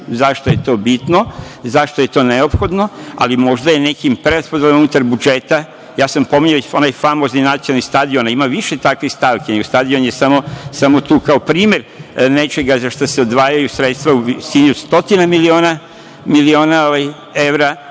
zašto je to bitno, zašto je to neophodno, ali možda je nekim preraspodelama unutar budžeta, pominjao sam već onaj famozni nacionalni stadion, a ima više takvih stavki, stadion je samo tu kao primer nečega za šta se odvajaju sredstva u visini od stotina miliona evra,